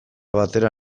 batera